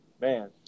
man